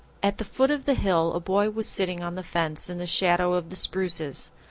at the foot of the hill a boy was sitting on the fence in the shadow of the spruces.